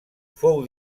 fou